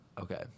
Okay